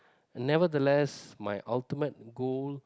nevertheless my ultimate goal